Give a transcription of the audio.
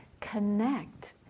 connect